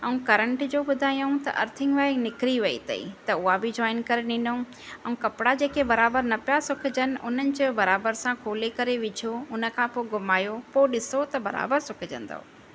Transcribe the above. ऐं करंट जो ॿुधायूं त अर्थिंग वाईंर निकिरी वई तई त उहा बि जोइन करे ॾिनऊं ऐं कपिड़ा जेके बराबरि न पिया सुकजनि उन्हनि जे बराबरि सां खोले करे विझो हुनखां पोइ घुमायो पोइ ॾिसो त बराबरि सुकजंदव